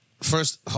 First